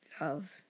love